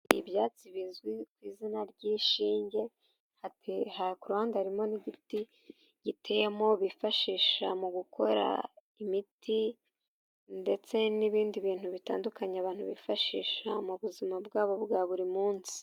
Ibyatsi bizwi ku izina ry'ishinge, ku ruhande harimo n'igiti giteyemo bifashisha mu gukora imiti ndetse n'ibindi bintu bitandukanye abantu bifashisha mu buzima bwabo bwa buri munsi.